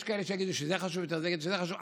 יש כאלה שיגידו שזה חשוב יותר ויש כאלה שיגידו שזה חשוב.